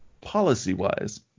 policy-wise